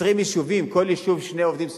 20 יישובים, כל יישוב שני עובדים סוציאליים?